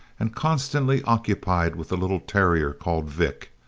and constantly occupied with a little terrier called vick,